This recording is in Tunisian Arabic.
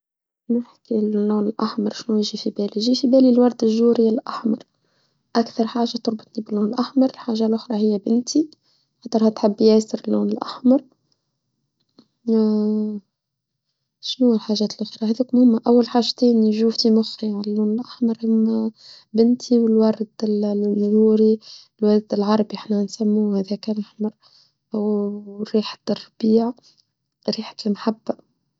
كيف نحكي اللون الأحمر شنو يجي في بالي؟ جي في بالي الورد الجوري الأحمر أكثر حاجة تربطني باللون الأحمر حاجة الأخرى هي بنتي حترها تحبي ياسر اللون الأحمر شنو الحاجات الأخرى؟ أول حاجة تاني جوتي مخي على اللون الأحمر هم بنتي والورد الجوري الورد العربي حنا نسموه هذيك الأحمر وريحة الربيع ريحة المحبة.